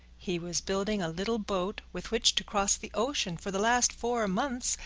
he was building a little boat with which to cross the ocean. for the last four months,